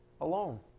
alone